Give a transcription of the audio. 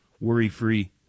worry-free